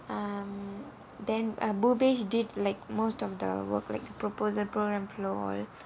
um then err boobash did like most of the work like proposal pro~ and flow